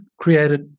created